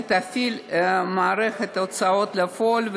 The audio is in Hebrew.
שתפעיל מערכת ההוצאה לפועל,